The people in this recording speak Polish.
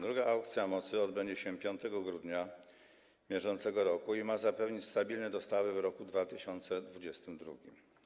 Druga aukcja mocy odbędzie się 5 grudnia br. i ma zapewnić stabilne dostawy w roku 2022.